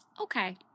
Okay